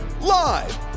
Live